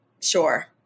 sure